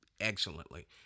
excellently